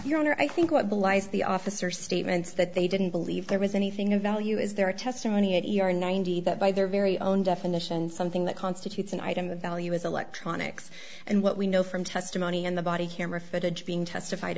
your honor i think what belies the officer statements that they didn't believe there was anything of value is their testimony eighty or ninety that by their very own definition something that constitutes an item of value is electronics and what we know from testimony and the body camera footage being testified